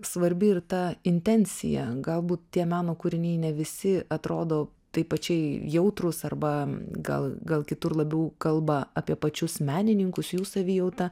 svarbi ir ta intencija galbūt tie meno kūriniai ne visi atrodo taip plačiai jautrūs arba gal gal kitur labiau kalba apie pačius menininkus jų savijautą